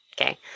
Okay